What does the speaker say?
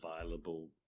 available